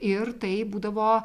ir tai būdavo